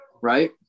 Right